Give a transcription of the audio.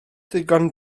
ddigon